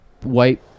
white